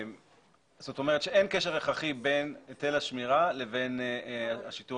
בחלק מהרשויות יש היטל שמירה ואין שיטור